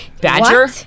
Badger